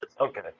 Okay